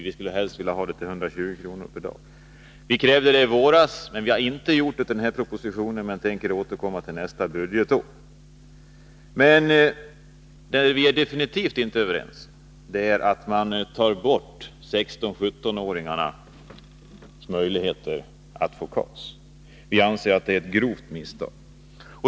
Vi skulle helst vilja ha det till 120 kr. per dag. Detta krävde vi i våras, men vi har inte gjort det med anledning av den här propositionen. Vi tänker dock återkomma till nästa budgetår. Vad vi definitivt inte är överens med regeringen om är att man tar bort 16-17-åringarnas möjligheter att få KAS. Vi anser att det är ett grovt misstag.